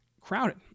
crowded